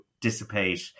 dissipate